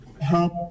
help